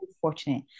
fortunate